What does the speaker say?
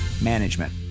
management